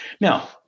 Now